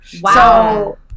Wow